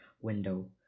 window